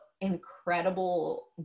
incredible